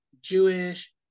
Jewish